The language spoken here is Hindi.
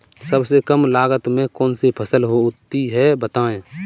सबसे कम लागत में कौन सी फसल होती है बताएँ?